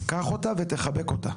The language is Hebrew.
קח אותה וחבק אותה.